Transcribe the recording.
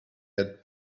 had